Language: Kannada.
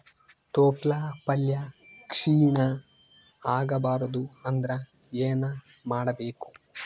ತೊಪ್ಲಪಲ್ಯ ಕ್ಷೀಣ ಆಗಬಾರದು ಅಂದ್ರ ಏನ ಮಾಡಬೇಕು?